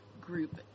group